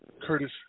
curtis